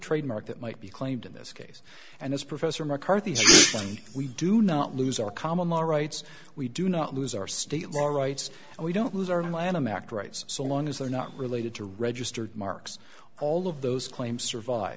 trademark that might be claimed in this case and as professor mccarthy's i mean we do not lose our common law rights we do not lose our state law rights and we don't lose our lanham act rights so long as they're not related to registered marks all of those claims survive